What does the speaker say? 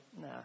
nah